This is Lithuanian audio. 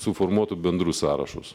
suformuotų bendrus sąrašus